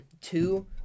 Two